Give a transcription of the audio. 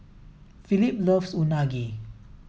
Phillip loves Unagi